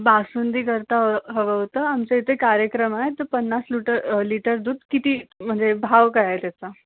बासुंदी करिता हवं होतं आमच्या इथे कार्यक्रम आहे त पन्नास लुटर लिटर दूध किती म्हणजे भाव काय आहे त्याचा